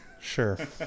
Sure